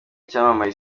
icyamamare